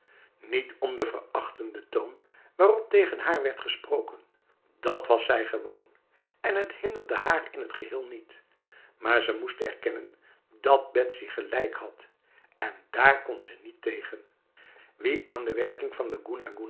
niet om de verachtende toon waarop tegen haar werd gesproken dat was zij zo gewoon en het hinderde haar in t geheel niet maar ze moest erkennen dat betsy gelijk had en daar kon ze niet tegen wie aan de werking van de